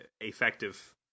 effective